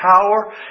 power